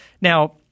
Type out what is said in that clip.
Now